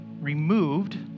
removed